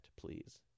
please